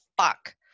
fuck